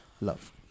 love